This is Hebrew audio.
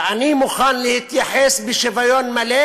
ואני מוכן להתייחס בשוויון מלא